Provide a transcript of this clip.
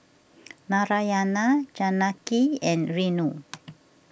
Narayana Janaki and Renu